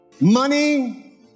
Money